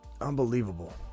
Unbelievable